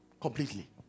completely